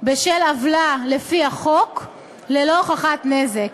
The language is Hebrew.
בשל עוולה לפי החוק ללא הוכחת נזק